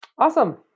awesome